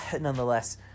nonetheless